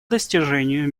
достижению